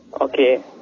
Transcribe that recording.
okay